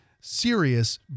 serious